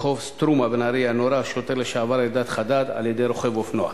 ברחוב סטרומה בנהרייה נורה השוטר לשעבר אלדד חדד על-ידי רוכב אופנוע.